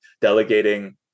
delegating